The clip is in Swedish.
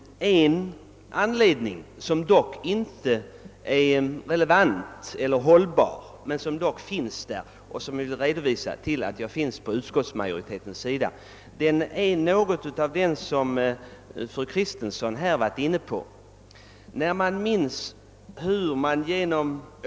En anledning, som inte är relevant eller hållbar, till att jag befinner mig på utskottsmajoritetens sida men som dock finns där var fru Kristensson delvis inne på.